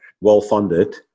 well-funded